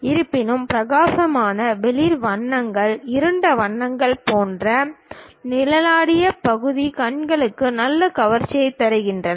இருப்பினும் பிரகாசமான வெளிர் வண்ணங்கள் இருண்ட வண்ணங்கள் போன்ற நிழலாடிய பகுதி கண்களுக்கு நல்ல கவர்ச்சியைத் தருகிறது